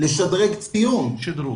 זו